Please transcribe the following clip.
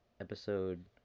episode